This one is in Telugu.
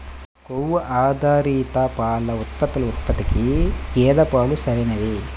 కొవ్వు ఆధారిత పాల ఉత్పత్తుల ఉత్పత్తికి గేదె పాలే సరైనవి